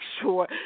sure